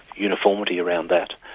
uniformity around that.